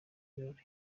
birori